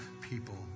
people